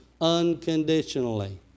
unconditionally